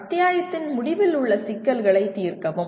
அத்தியாயத்தின் முடிவில் உள்ள சிக்கல்களை தீர்க்கவும்